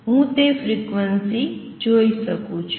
હું તે ફ્રીક્વન્સી જોઈ શકું છું